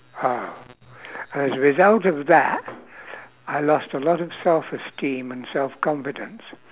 oh as a result of that I lost of a lot of self esteem and self confidence